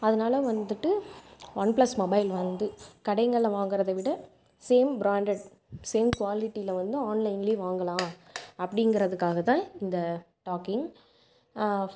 அதனால் வந்துட்டு OnePlus mobile வந்து கடைகள்ல வாங்குறதை விட சேம் பிராண்டட் சேம் க்வாலிட்டியில் வந்து ஆன்லைன்லேயே வாங்கலாம் அப்படிங்கறதுக்காக தான் இந்த டாக்கிங்